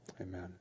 Amen